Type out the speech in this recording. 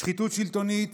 שחיתות שלטונית